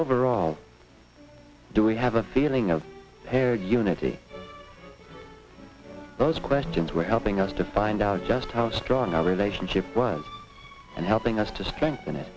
overall do we have a feeling of hair unity those questions were helping us to find out just how strong our relationship was and helping us to strengthen it